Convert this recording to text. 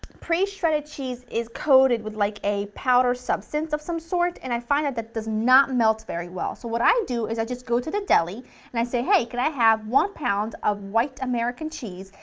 pre-shredded cheese is coated with like a powder substance of some sort, and i find that that does not melt very well, so what i do is i just go to the deli and say hey, can i have one pound of white american cheese,